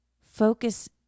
focus